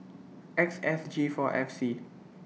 X S G four F C